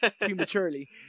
prematurely